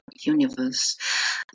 universe